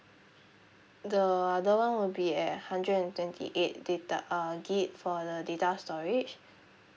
the other one would be at hundred and twenty eight data uh gig for the data storage